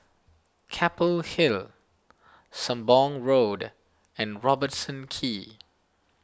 Keppel Hill Sembong Road and Robertson Quay